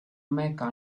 mecca